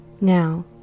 Now